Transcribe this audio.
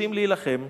יודעים להילחם,